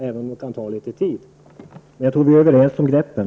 Även om det kan ta litet tid tror jag att vi är överens om greppen.